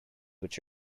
which